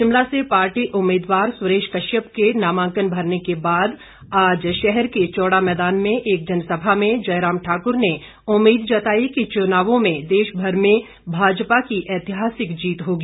शिमला से पार्टी उम्मीदवार सुरेश कश्यप के नामांकन भरने के बाद आज शहर के चौड़ा मैदान में एक जनसभा में जयराम ठाकुर ने उम्मीद जताई कि चुनावों में देश भर में भाजपा की ऐतिहासिक जीत होगी